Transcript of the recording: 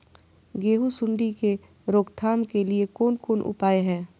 गेहूँ सुंडी के रोकथाम के लिये कोन कोन उपाय हय?